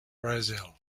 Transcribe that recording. brazil